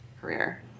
career